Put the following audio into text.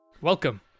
Welcome